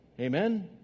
Amen